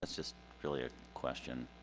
ah just really a question.